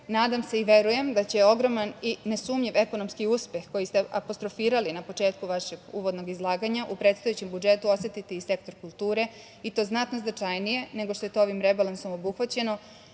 nadam se i verujem da će ogroman i nesumnjiv ekonomski uspeh koji ste apostrofirali na početku vašeg uvodnog izlaganja u predstojećem budžetu osetiti i sektor kulture i to znatno značajnije, nego što je to ovim rebalansom obuhvaćeno,